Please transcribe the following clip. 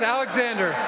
Alexander